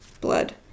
Blood